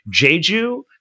Jeju